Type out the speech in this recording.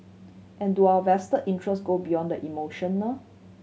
but do our vested interest go beyond the emotional